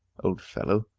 old fellow,